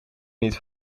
niet